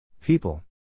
People